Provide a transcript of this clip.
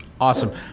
Awesome